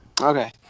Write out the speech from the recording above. Okay